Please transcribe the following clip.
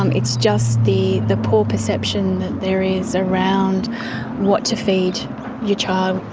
um it's just the the poor perception that there is around what to feed your child.